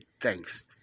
thanks